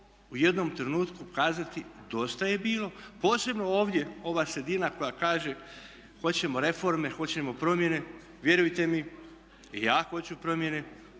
u jednom trenutku kazati dosta je bilo, posebno ovdje ova sredina koja kaže hoćemo reforme, hoćemo promjene. Vjerujte mi i ja hoću promjene,